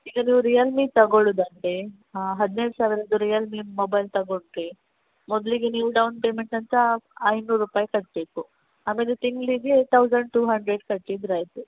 ಈಗ ನೀವು ರಿಯಲ್ಮಿ ತಗೋಳುದು ಆದರೆ ಹಾಂ ಹದಿನೈದು ಸಾವಿರದ್ದು ರಿಯಲ್ಮಿ ಮೊಬೈಲ್ ತಗೊಂಡರೆ ಮೊದಲಿಗೆ ನೀವು ಡೌನ್ ಪೇಮಂಟ್ ಅಂತ ಐನೂರು ರೂಪಾಯಿ ಕಟ್ಟಬೇಕು ಆಮೇಲೆ ತಿಂಗಳಿಗೆ ತೌಸಂಡ್ ಟು ಹಂಡ್ರೆಡ್ ಕಟ್ಟಿದ್ರೆ ಆಯಿತು